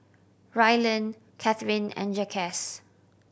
Ryland Catherine and Jaquez